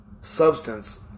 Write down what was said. substance